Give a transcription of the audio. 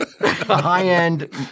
High-end